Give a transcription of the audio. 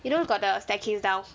you know got the staircase down